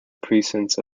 precincts